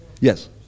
Yes